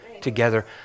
together